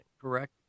correct